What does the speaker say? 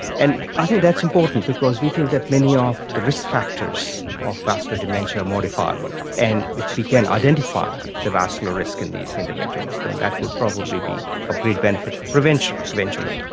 and i think that's important because we think that many of the risk factors of vascular dementia are modifiable, and if we can identify the vascular risk in these individuals then that would probably be of great benefit for prevention eventually.